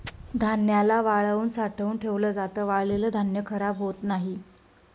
धान्याला वाळवून साठवून ठेवल जात, वाळलेल धान्य खराब होत नाही